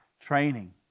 training